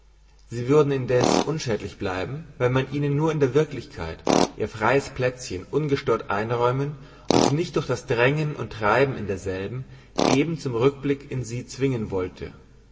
sie würden indeß unschädlich bleiben wenn man ihnen nur in der wirklichkeit ihr freies pläzchen ungestört einräumen und sie nicht durch das drängen und treiben in derselben eben zum rückblik in sie zwingen wollte